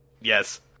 Yes